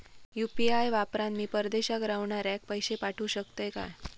UPI वापरान मी परदेशाक रव्हनाऱ्याक पैशे पाठवु शकतय काय?